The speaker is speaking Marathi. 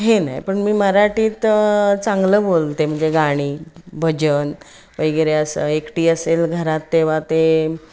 हे नाही पण मी मराठीत चांगलं बोलते म्हणजे गाणी भजन वगैरे असं एकटी असेल घरात तेव्हा ते